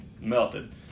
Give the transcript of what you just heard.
melted